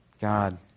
God